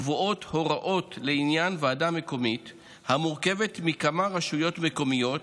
קבועות הוראות לעניין ועדה מקומית המורכבת מכמה רשויות מקומיות,